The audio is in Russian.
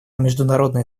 международные